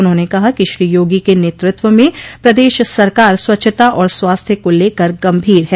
उन्होंने कहा कि श्री योगी के नेतृत्व में प्रदेश सरकार स्वच्छता और स्वास्थ्य को लेकर गंभीर है